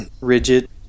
rigid